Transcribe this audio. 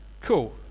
Cool